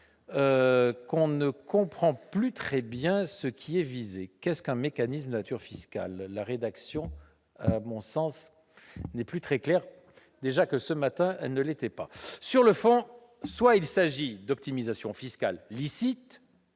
qu'on ne comprend plus très bien ce qui est visé. Qu'est-ce qu'un mécanisme de nature fiscale ? La rédaction, à mon sens, n'est pas très claire, alors même qu'elle ne l'était déjà pas ce matin ... Sur le fond, soit il s'agit d'optimisation fiscale licite,